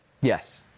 Yes